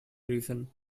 reason